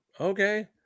Okay